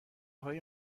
های